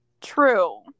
True